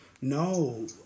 No